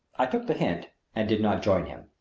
i took the hint and did not join him.